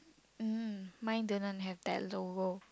mm mine didn't have that logo